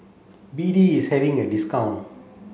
B D is having a discount